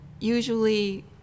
usually